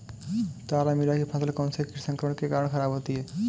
तारामीरा की फसल कौनसे कीट संक्रमण के कारण खराब होती है?